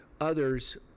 others